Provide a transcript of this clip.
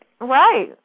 Right